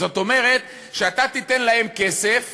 זאת אומרת שאתה תיתן להם כסף